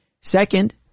Second